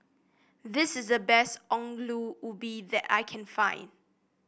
this is the best Ongol Ubi that I can find